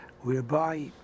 whereby